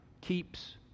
keeps